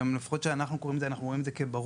ולפחות כשאנחנו קוראים את זה אנחנו רואים את זה כברור.